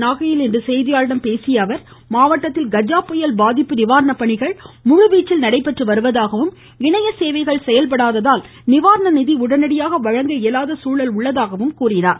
நாகையில் இன்று செய்தியாளர்களிடம் பேசிய அவர் மாவட்டத்தில் கஜா புயல் பாதிப்பு நிவாரண பணிகள் முழுவீச்சில் நடைபெற்று வருவதாகவும் இணைய சேவைகள் செயல்படாததால் நிவாரண நிதி உடனடியாக வழங்க இயலாத சூழல் உள்ளதாக குறிப்பிட்டார்